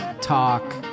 talk